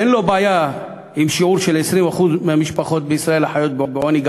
אין לו בעיה עם שיעור של 20% משפחות בישראל שחיות בעוני,